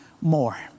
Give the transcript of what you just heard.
more